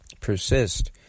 persist